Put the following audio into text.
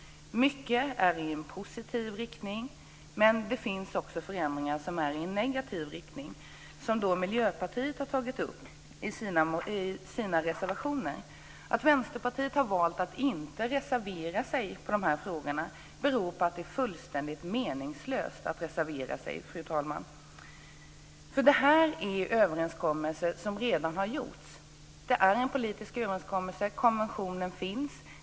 Mycket är i en positiv riktning, men det finns också förändringar som är i en negativ riktning, som Miljöpartiet har tagit upp i sina reservationer. Att Vänsterpartiet har valt att inte reservera sig i de här frågorna beror på att det är fullständigt meningslöst att reservera sig, fru talman. Det här är överenskommelser som redan har gjorts. Det är en politisk överenskommelse. Konventionen finns.